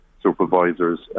supervisors